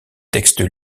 textes